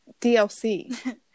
DLC